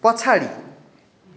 पछाडि